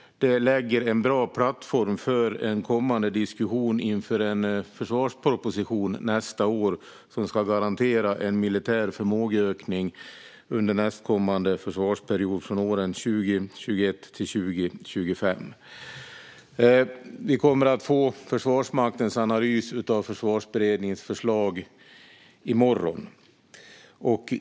Det lägger en bra plattform för en kommande diskussion nästa år inför en försvarsproposition som ska garantera en militär förmågeökning under nästkommande försvarsperiod, åren 2021-2025. Vi kommer att få Försvarsmaktens analys av Försvarsberedningens förslag i morgon.